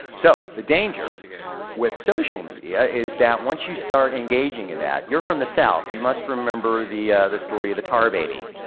so the danger with social media is that once you start engaging in that, you're from the south, you must remember the, the story of the tar baby.